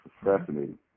fascinating